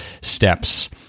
steps